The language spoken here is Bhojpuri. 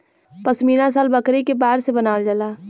पश्मीना शाल बकरी के बार से बनावल जाला